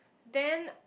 then